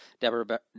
Deborah